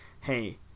hey